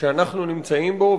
שאנחנו נמצאים בו,